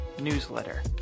newsletter